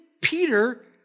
Peter